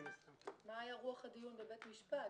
מה היה רוח הדיון בבית משפט?